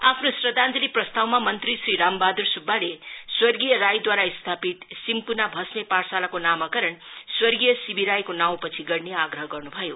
आफ्नो श्रद्धाञ्जलि प्रस्तावमा मंत्री श्री रामबहादुर सुब्बाले स्वर्गीय राईदुवारा स्थापित सिम्कुना भष्मे पाठशालाको नामकरण स्वर्गीय सिबि राईको नाउँपछि गर्ने आग्रह गर्न्भयो